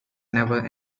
never